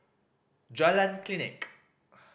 Jalan Klinik